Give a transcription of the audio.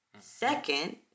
Second